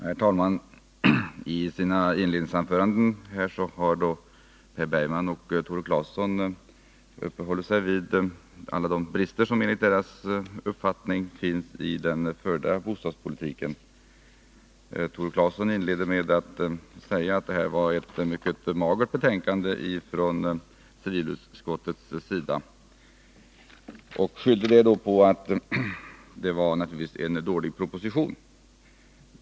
Herr talman! I sina inledningsanföranden uppehöll sig Per Bergman och Tore Claeson vid alla de brister som enligt deras uppfattning finns i den förda bostadspolitiken. Tore Claeson inledde med att säga att det var ett mycket magert betänkande från civilutskottet, och han skyllde det på att det var en dålig proposition.